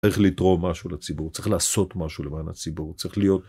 צריך לתרום משהו לציבור, צריך לעשות משהו למען הציבור, צריך להיות...